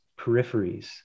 peripheries